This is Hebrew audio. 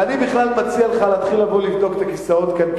ואני בכלל מציע לך להתחיל לבוא לבדוק את הכיסאות כאן,